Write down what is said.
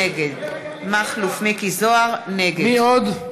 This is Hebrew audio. נגד מי עוד?